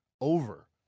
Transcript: over